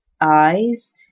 eyes